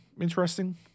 interesting